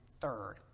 third